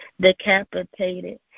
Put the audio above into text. decapitated